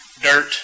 dirt